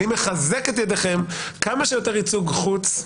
אני מחזק את ידכם, כמה שיותר ייצוג חוץ.